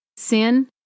sin